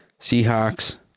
Seahawks